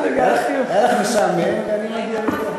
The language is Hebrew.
היה לך משעמם, ואני, ראית מה זה?